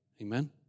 Amen